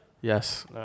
Yes